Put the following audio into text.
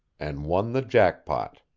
and won the jackpot.